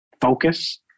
focus